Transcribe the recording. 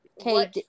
Okay